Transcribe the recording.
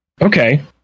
Okay